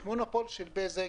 יש מונופול של בזק.